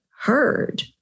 heard